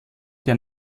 der